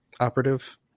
operative